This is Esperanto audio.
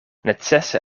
necese